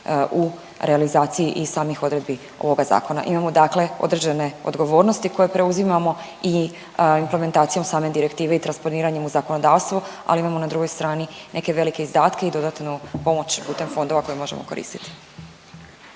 u realizaciji i samih odredbi ovoga zakona. Imamo dakle određene odgovornosti koje preuzimamo i implementacijom same direktive i transponiranjem u zakonodavstvo, ali imamo na drugoj strani neke velike izdatke i dodatnu pomoć putem fondova koju možemo koristiti.